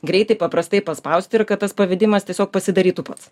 greitai paprastai paspausti ir kad tas pavedimas tiesiog pasidarytų pats